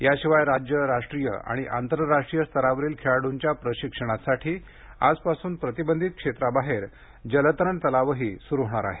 याशिवाय राज्य राष्ट्रीय आणि आंतरराष्ट्रीय स्तरावरील खेळाडूंच्या प्रशिक्षणासाठी आजपासून प्रतिबंधित क्षेत्राबाहेर जलतरण तलावही सुरु होणार आहेत